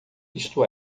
isto